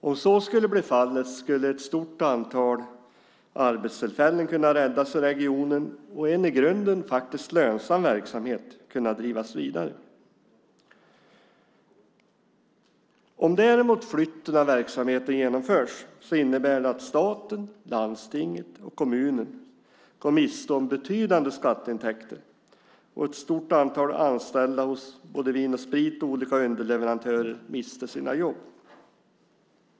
Om så skulle bli fallet skulle ett stort antal arbetstillfällen kunna räddas i regionen och en i grunden faktiskt lönsam verksamhet kunna drivas vidare. Om däremot flytten av verksamheten genomförs innebär det att staten, landstinget och kommunen går miste om betydande skatteintäkter, och ett stort antal anställda hos både Vin & Sprit och olika underleverantörer mister sina jobb.